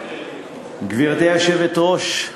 גברתי היושבת-ראש,